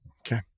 Okay